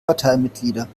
parteimitglieder